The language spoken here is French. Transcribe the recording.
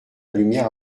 lumière